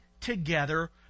together